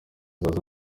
noneho